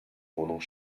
wohnung